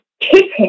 kitten